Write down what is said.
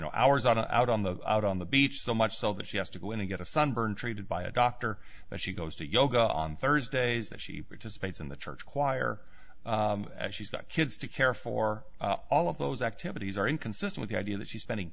know hours on out on the out on the beach so much so that she has to go in and get a sunburn treated by a doctor but she goes to yoga on thursdays but she participates in the church choir she's got kids to care for all of those activities are inconsistent the idea that she's spending